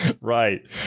right